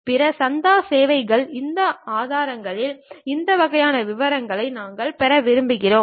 பிற சந்தா சேவைகள் இந்த ஆதாரங்களில் இந்த வகையான விவரங்களை நாங்கள் பெற விரும்புகிறீர்கள்